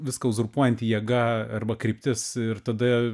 viską uzurpuojanti jėga arba kryptis ir tada